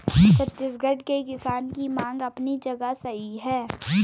छत्तीसगढ़ के किसान की मांग अपनी जगह सही है